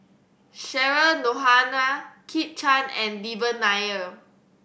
Cheryl Noronha Kit Chan and Devan Nair